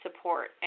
support